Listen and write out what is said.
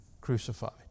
crucified